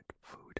food